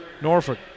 Norfolk